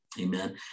Amen